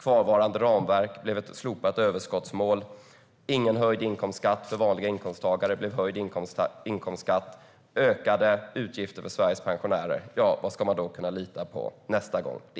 Kvarvarande ramverk blev ett slopat överskottsmål. Ingen höjd inkomstskatt för vanliga inkomsttagare blev höjd inkomstskatt. Det blev ökade utgifter för Sveriges pensionärer. Vad ska man lita på nästa gång?